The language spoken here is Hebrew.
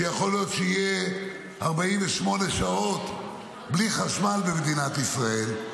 שיכול להיות שיהיו 48 שעות בלי חשמל במדינת ישראל.